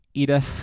Ida